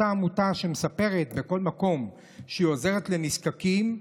אותה עמותה שמספרת בכל מקום שהיא עוזרת לנזקקים,